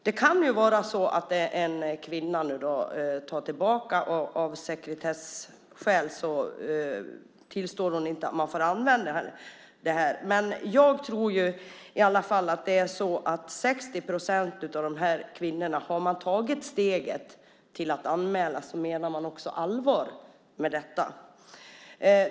Det kan ju vara så att en kvinna tar tillbaka och av sekretesskäl inte tillåter att man använder materialet, men jag tror i alla fall om dessa 60 procent att har man tagit steget att anmäla så menar man också allvar med detta.